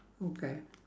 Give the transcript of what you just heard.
okay